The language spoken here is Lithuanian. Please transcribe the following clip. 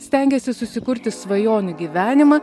stengiasi susikurti svajonių gyvenimą